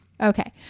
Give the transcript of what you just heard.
Okay